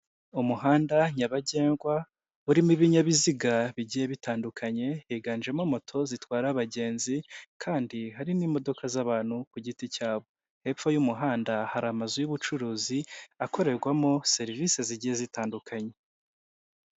Umuhanda nyabagendwa urimo ibinyabiziga bigiye bitandukanye higanjemo moto zitwara abagenzi kandi hari n'imodoka z'abantu ku giti cyabo, hepfo y'umuhanda hari amazu y'ubucuruzi akorerwamo serivisi zigiye zitandukanye.